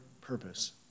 purpose